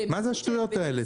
מה זה השטויות האלה?